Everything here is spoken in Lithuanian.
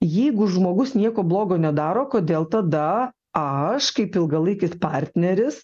jeigu žmogus nieko blogo nedaro kodėl tada aš kaip ilgalaikis partneris